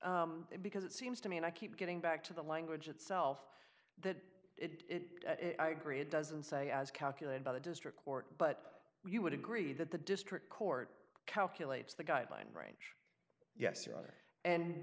it because it seems to me and i keep getting back to the language itself that it i agree it doesn't say as calculated by the district court but you would agree that the district court calculates the guideline range yes